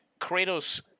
kratos